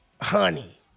Honey